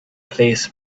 place